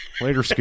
Later